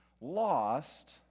lost